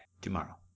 tomorrow